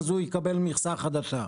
הוא יקבל מכסה חדשה,